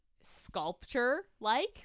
sculpture-like